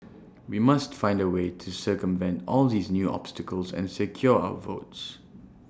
we must find A way to circumvent all these new obstacles and secure our votes